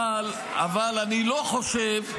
אבל אני לא חושב,